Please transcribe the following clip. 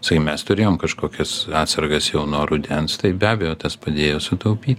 sakykim mes turėjom kažkokias atsargas jau nuo rudens tai be abejo tas padėjo sutaupyt